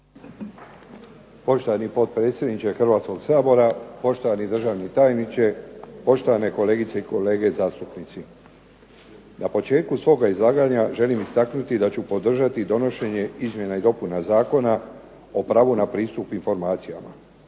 Poštovani potpredsjedniče Hrvatskoga sabora, poštovani državi tajniče, poštovani kolegice i kolege zastupnici. Na početku svog izlaganja želim istaknuti da ću podržati donošenje Izmjena i dopuna Zakona o pravu na pristup informacijama.